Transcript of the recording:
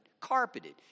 carpeted